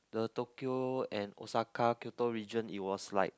the Tokyo and Osaka Kyoto region it was like